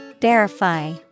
Verify